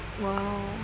!wow!